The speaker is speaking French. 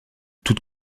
toute